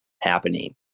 happening